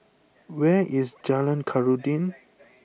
where is Jalan Khairuddin